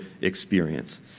experience